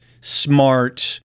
smart